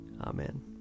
Amen